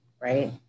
right